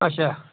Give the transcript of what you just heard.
اچھا